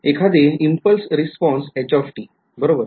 एखादे impulse response h बरोबर